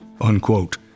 unquote